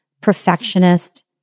perfectionist